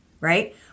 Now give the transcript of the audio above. right